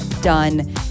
done